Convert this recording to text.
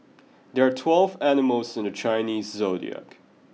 there are twelve animals in the Chinese zodiac